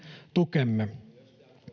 tukemme